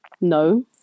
No